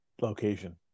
location